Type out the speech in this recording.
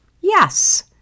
Yes